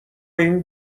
این